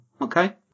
okay